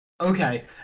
Okay